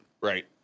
Right